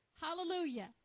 Hallelujah